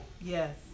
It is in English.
Yes